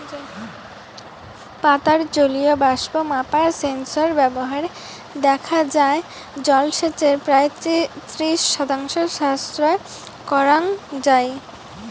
পাতার জলীয় বাষ্প মাপার সেন্সর ব্যবহারে দেখা যাই জলসেচের প্রায় ত্রিশ শতাংশ সাশ্রয় করাং যাই